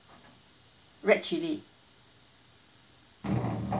red chilli